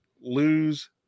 lose